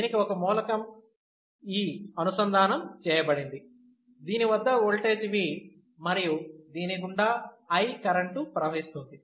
దీనికి ఒక మూలకం E అనుసంధానం చేయబడింది దీని వద్ద ఓల్టేజ్ V మరియు దీని గుండా I కరెంటు ప్రవహిస్తుంది